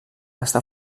està